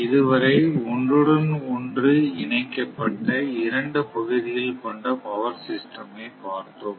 இதுவரை ஒன்றுடன் ஒன்று இணைக்கப்பட்ட இரண்டு பகுதிகள் கொண்ட பவர் சிஸ்டம் ஐ பார்த்தோம்